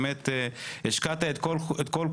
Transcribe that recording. באמת השקעת את כל כולך.